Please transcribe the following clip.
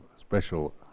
special